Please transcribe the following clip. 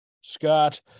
Scott